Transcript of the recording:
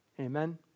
Amen